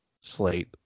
slate